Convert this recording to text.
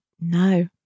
no